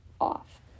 off